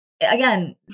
again